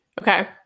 Okay